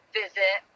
visit